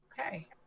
Okay